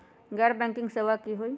गैर बैंकिंग सेवा की होई?